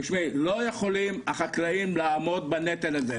תשמעי, החקלאים לא יכולים לעמוד בנטל הזה.